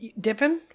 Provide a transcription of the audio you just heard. Dipping